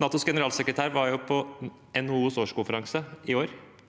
NATOs generalsekretær var på NHOs årskonferanse i år.